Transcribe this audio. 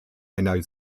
einer